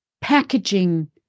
packaging